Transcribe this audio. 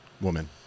woman